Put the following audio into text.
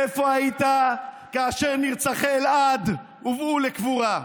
איפה היית כאשר נרצחי אלעד הובאו לקבורה?